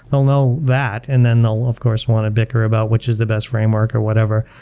they'll know that and then they'll, of course, want to bicker about which is the best framework or whatever.